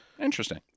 Interesting